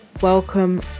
welcome